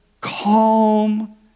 calm